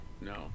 no